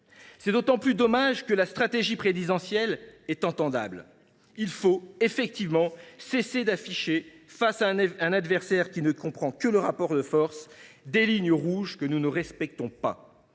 C’est d’autant plus dommage que la stratégie présidentielle est audible : il faut en effet cesser d’afficher, face à un adversaire qui ne comprend que le rapport de force, des lignes rouges que nous ne respectons pas.